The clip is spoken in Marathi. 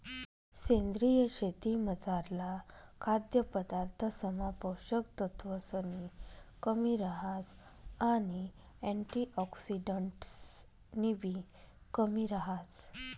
सेंद्रीय शेतीमझारला खाद्यपदार्थसमा पोषक तत्वसनी कमी रहास आणि अँटिऑक्सिडंट्सनीबी कमी रहास